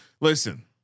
listen